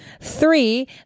three